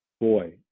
boy